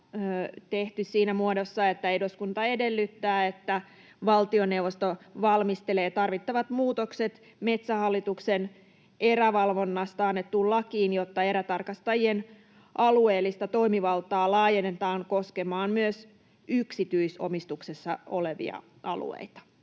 tehty siinä muodossa, että ”eduskunta edellyttää, että valtioneuvosto valmistelee tarvittavat muutokset Metsähallituksen erävalvonnasta annettuun lakiin, jotta erätarkastajien alueellista toimivaltaa laajennetaan koskemaan myös yksityisomistuksessa olevia alueita”.